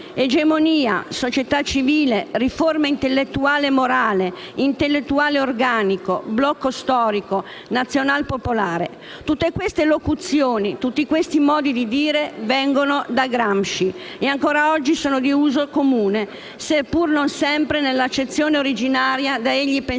Egemonia, società civile, riforma intellettuale e morale, intellettuale organico, blocco storico, nazionalpopolare: tutte queste locuzioni, tutte questi modi di dire vengono da Gramsci e ancora oggi sono di uso comune, seppur non sempre nell'accezione originaria da egli pensata